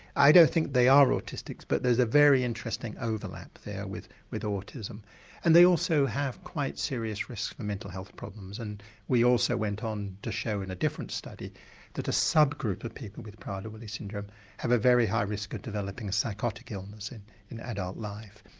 i don't think they are autistic but there's a very interesting overlap there with with autism and they also have quite serious risks for mental health problems and we also went on to show in a different study that a sub-group of people with prader-willi syndrome have a very high risk of developing psychotic illness in in adult life.